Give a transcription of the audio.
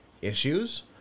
issues